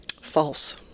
False